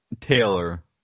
Taylor